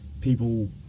people